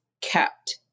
kept